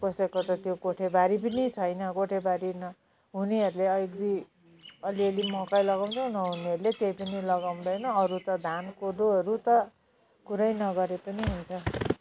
कसैको त त्यो कोठेबारी पनि छैन कोठेबारी हुनेहरूले अलि अलि अलि मकै लगाउँछ नहुनेहरूले त्यही पनि लगाउँदैन अरू त धान कोदोहरू त कुरा नगरे पनि हुन्छ